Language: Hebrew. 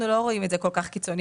אנחנו לא רואים את זה כל כך קיצוני.